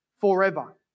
forever